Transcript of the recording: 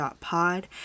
pod